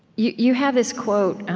you you have this quote